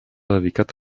dedicat